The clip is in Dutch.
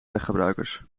weggebruikers